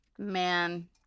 Man